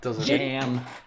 Jam